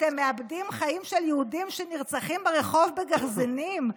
אתם מאבדים חיים של יהודים שנרצחים ברחוב בגרזינים.